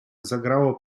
zagrało